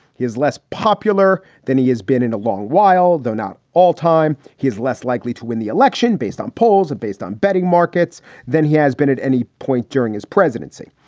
he is less popular than he has been in a long while, though not all time. he is less likely to win the election based on polls and based on betting markets than he has been at any point during his presidency.